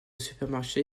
supermarché